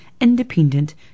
independent